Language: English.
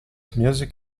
music